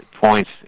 points